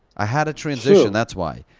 i had a transition, that's why.